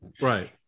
Right